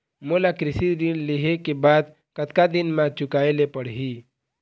मोला कृषि ऋण लेहे के बाद कतका दिन मा चुकाए ले पड़ही?